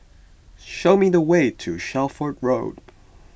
show me the way to Shelford Road